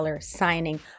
signing